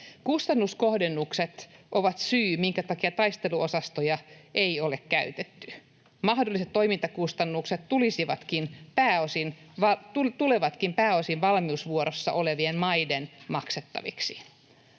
Kustannuskohdennukset ovat syy, minkä takia taisteluosastoja ei ole käytetty. Mahdolliset toimintakustannukset tulevatkin pääosin valmiusvuorossa olevien maiden maksettaviksi.